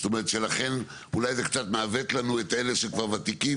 זאת אומרת שלכן אולי זה קצת מעוות לנו את אלה שכבר וותיקים